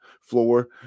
floor